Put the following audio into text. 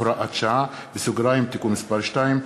הוראת שעה) (תיקון מס' 2),